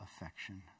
affection